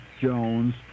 Jones